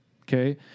Okay